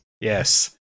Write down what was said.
Yes